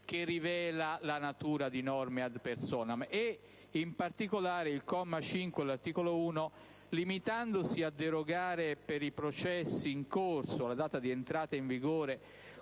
che rivela la natura di norme *ad personam*. In particolare, il comma 5 dell'articolo 1, limitandosi a derogare per i processi in corso alla data di entrata in vigore